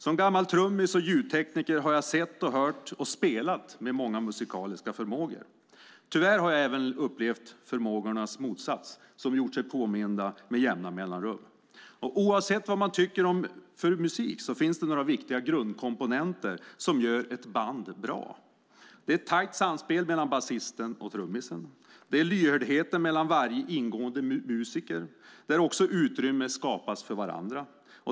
Som gammal trummis och ljudtekniker har jag sett, hört och spelat med många musikaliska förmågor. Tyvärr har jag även upplevt förmågornas motsats som gjort sig påminda med jämna mellanrum. Oavsett vad man tycker om för musik finns det några viktiga grundkomponenter som gör ett band bra. Det är ett tajt samspel mellan basisten och trummisen. Det är lyhördheten mellan varje ingående musiker där också utrymme skapas för varandra.